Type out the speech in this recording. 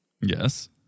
Yes